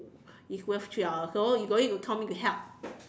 it's worth three dollars so you don't need to tell me to help